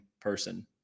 person